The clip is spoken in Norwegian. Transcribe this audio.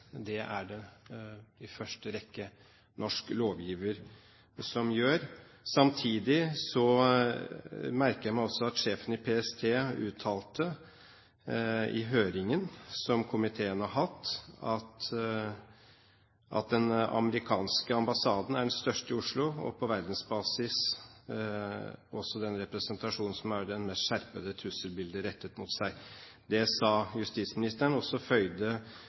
Det er det i første rekke norsk lovgiver som gjør. Samtidig merker jeg meg også at justisministeren i brev til komiteen har skrevet: «Den amerikanske ambassaden er den største i Oslo, og på verdensbasis også den representasjonen som har det mest skjerpede trusselbildet rettet mot seg.» Det skrev justisministeren.